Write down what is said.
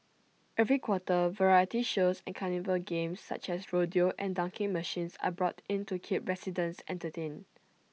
every quarter variety shows and carnival games such as rodeo and dunking machines are brought in to keep residents entertained